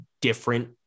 different